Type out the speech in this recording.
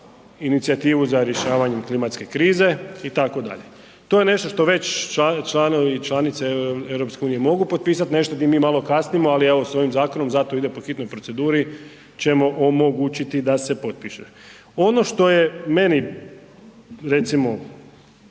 inicijativu za rješavanjem klimatske krize itd., to je nešto što već članovi i članice EU mogu potpisat, nešto di mi malo kasnimo, ali evo s ovim zakonom zato ide po hitnoj proceduri ćemo omogućiti da se potpiše. Ono što je meni recimo